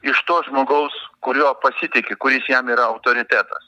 iš to žmogaus kuriuo pasitiki kuris jam yra autoritetas